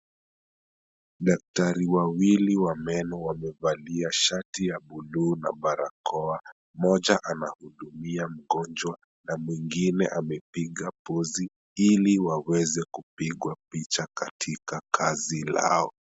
Daktari wawili wa meno wamevalia shati ya bluu na barakoa. Mmoja anahudumia mgonjwa na mwingine amepiga pozi ili waweze kupigwa picha katika kazi lao.